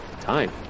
time